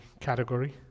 category